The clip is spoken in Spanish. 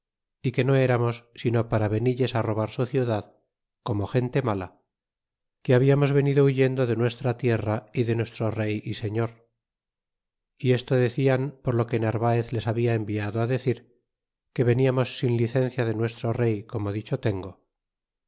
y que no eramos sino para venilles robar su ciudad como gente mala que habiamos venido huyendo de nuestra tierra y de nuestro rey y señor y esto decian por lo que narvaez les habia enviado decir que veniamos sin licencia de nuestro bey como dicho tengo